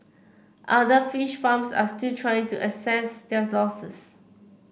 other fish farms are still trying to assess their losses